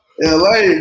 LA